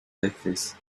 veces